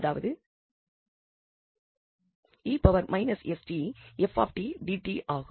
அதாவது ∞ 𝑒−𝑠𝑡𝑓𝑡𝑑𝑡 என்று ஆகும்